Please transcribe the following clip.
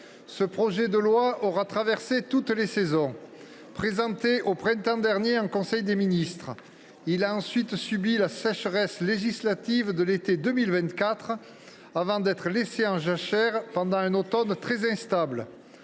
ce projet de loi aura traversé toutes les saisons. Présenté au printemps dernier en Conseil des ministres, il a ensuite subi la sécheresse législative de l’été 2024, avant d’être laissé en jachère pendant un automne très instable.